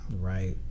Right